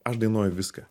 aš dainuoju viską